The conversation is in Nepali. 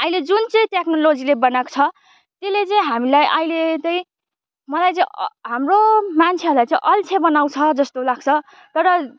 अहिले जुन चाहिँ टेक्नोलोजिले बनाएको छ त्यसले चाहिँ हामीलाई अहिले चाहिँ मलाई चाहिँ हाम्रो मान्छेलाई चाहिँ अल्छे बनाउँछ जस्तो लाग्छ तर